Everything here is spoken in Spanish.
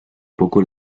poco